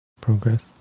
progress